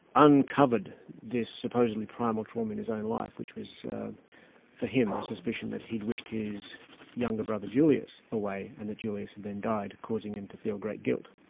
uncovered this supposedly primal trauma in his own life, which was for him, a suspicion that he'd wished his younger brother julius away and that julius had then died, causing him to feel great guilt.